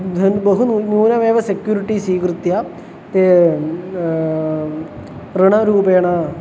धनं बहु नू न्यूनमेव सेक्युरिटी स्वीकृत्य ते ऋणरूपेण